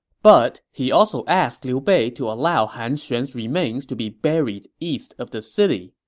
but he also asked liu bei to allow han xuan's remains to be buried east of the city.